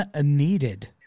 needed